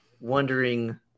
wondering